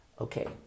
Okay